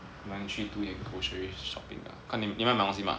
then 去 do 一点 grocery shopping lah 看你你要买东西吗